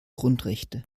grundrechte